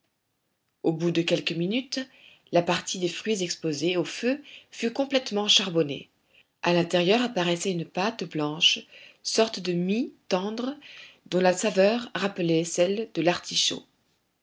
au bout de quelques minutes la partie des fruits exposée au feu fut complètement charbonnée a l'intérieur apparaissait une pâte blanche sorte de mie tendre dont la saveur rappelait celle de l'artichaut